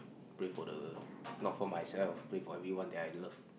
pray for the not for myself pray for everyone that I love